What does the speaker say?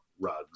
Rugs